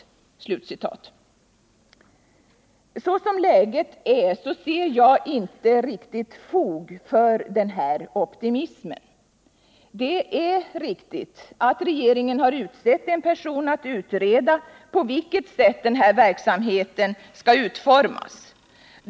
Såsom läget är, ser jag inte riktigt fog för den optimismen. Det är riktigt att regeringen har tillsatt en person att utreda på vilket sätt den här verksamheten skall utformas.